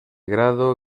grado